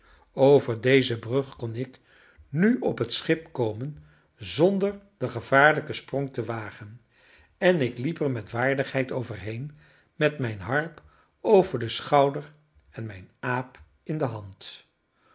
over deze brug kon ik nu op het schip komen zonder den gevaarlijken sprong te wagen en ik liep er met waardigheid overheen met mijne harp over den schouder en mijn aap in de hand